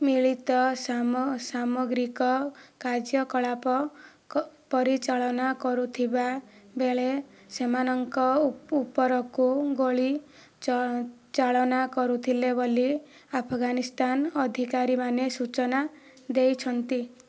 ମିଳିତ ସାମଗ୍ରିକ କାର୍ଯ୍ୟକଳାପ କ ପରିଚାଳନା କରୁଥିବା ବେଳେ ସେମାନଙ୍କ ଉପରକୁ ଗୁଳି ଚାଳନା କରୁଥିଲେ ବୋଲି ଆଫଗାନିସ୍ତାନ ଅଧିକାରୀମାନେ ସୂଚନା ଦେଇଛନ୍ତି